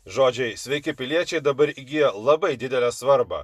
žodžiai sveiki piliečiai dabar įgijo labai didelę svarbą